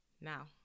now